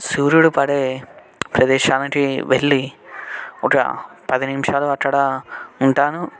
సూర్యుడు పడే ప్రదేశానికి వెళ్ళి ఒక పది నిమిషాలు అక్కడ ఉంటాను